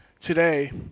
today